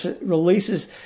releases